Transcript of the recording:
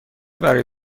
برای